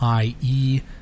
IE